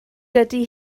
dydy